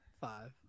Five